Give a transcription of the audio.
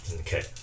Okay